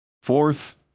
Fourth